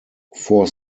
four